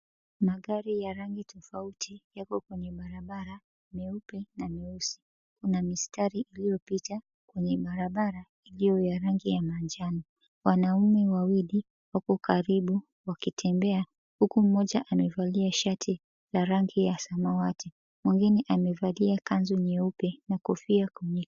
Magari ya rangi tofauti yako kwenye barabara, meupe na meusi. Kuna mistari iliyopita kwenye barabara iliyo ya rangi ya manjano. Wanaume wawili wako karibu wakitembea, huku mmoja amevalia shati ya rangi ya samawati. Mwingine amevalia kanzu nyeupe na kofia kwenye...